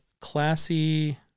classy